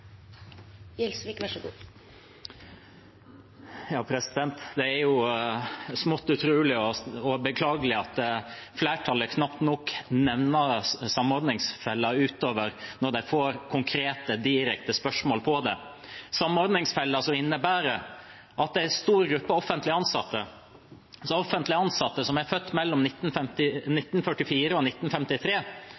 beklagelig at flertallet knapt nok nevner samordningsfella uten å få konkrete, direkte spørsmål om det. Samordningsfella, som innebærer at en stor gruppe offentlig ansatte, offentlig ansatte som er født mellom